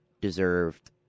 deserved